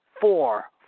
four